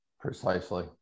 Precisely